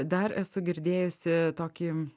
dar esu girdėjusi tokį